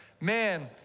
man